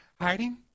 hiding